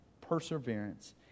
perseverance